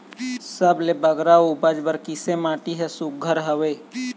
सबले बगरा उपज बर किसे माटी हर सुघ्घर हवे?